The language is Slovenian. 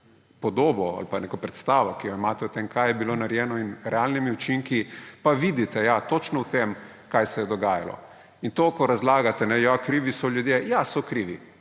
podobo ali pa neko predstavo, ki jo imate o tem, kaj je bilo narejeno, in realnimi učinki, pa vidite, točno v tem, kaj se je dogajalo. To kar razlagate, ja, krivi so ljudje. Ja, so krivi.